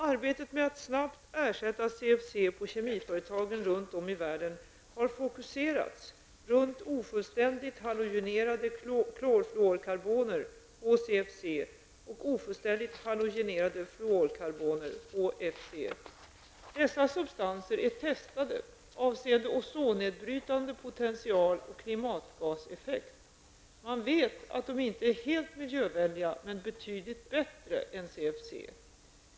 Arbetet med att snabbt ersätta CFC på kemiföretagen runt om i världen har fokuserats runt ofullständigt halogenerade klorfluorkarboner, Dessa substanser är testade avseende ozonnedbrytande potential och klimatgaseffekt. Man vet att de inte är helt miljövänliga, men betydligt bättre än CFC.